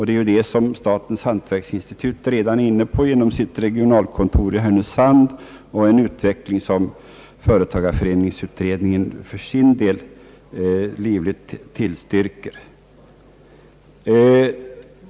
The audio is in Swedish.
Detta är statens hantverksinstitut redan inne på genom sitt regionalkontor i Härnösand, och det är en utveckling som företagareföreningsutredningen för sin del livligt tillstyrker.